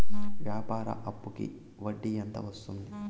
వ్యాపార అప్పుకి వడ్డీ ఎంత వస్తుంది?